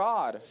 God